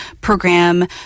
program